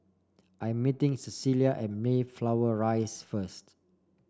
I am meeting Cecelia at Mayflower Rise first